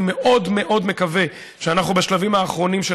אני מאוד מאוד מקווה שאנחנו בשלבים האחרונים של